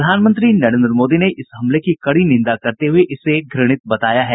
प्रधानमंत्री नरेन्द्र मोदी ने इस हमले की कड़ी निंदा करते हुए इसे घ्रणित बताया है